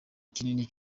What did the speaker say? kinini